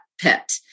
pet